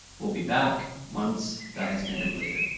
we'll be back once that has been completed.